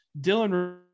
Dylan